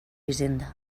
hisenda